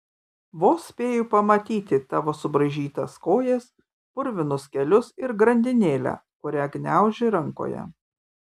vos spėju pamatyti tavo subraižytas kojas purvinus kelius ir grandinėlę kurią gniauži rankoje